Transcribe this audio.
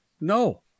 No